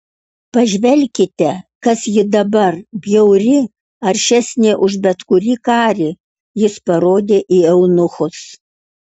pažvelkite kas ji dabar bjauri aršesnė už bet kurį karį jis parodė į eunuchus